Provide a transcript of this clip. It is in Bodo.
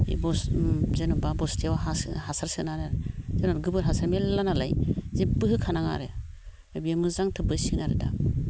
जेन'बा बस्थायाव हासार सोनानै जोंना गोबोर हासार मेरला नालाय जेबो होखानाङा आरो ओमफाय बियो मोजां थोबबोसिगोन आरो दा